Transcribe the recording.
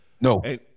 No